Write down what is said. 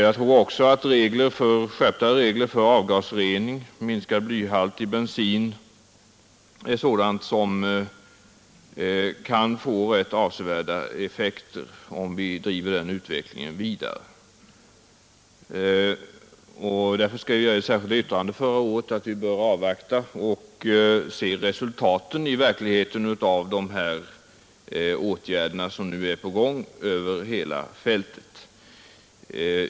Jag tror också att skärpta regler för avgasrening och minskad blyhalt i bensin kan få rätt avsevärda effekter, om vi driver utvecklingen vidare i dessa avseenden. Därför skrev jag i det särskilda yttrandet förra året att vi bör avvakta och i verkligheten studera resultaten av de åtgärder som nu är på gång över hela fältet.